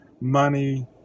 money